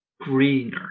greener